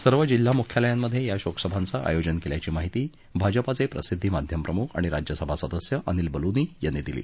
सर्व जिल्हा मुख्यालयात या शोकसभांचं आयोजन केल्याची माहिती भाजपाचे प्रसिद्धी माध्यम प्रमुख आणि राज्य सभा सदस्य अनिल बलुनी यांनी दिली